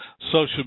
social